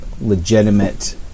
legitimate